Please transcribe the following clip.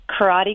Karate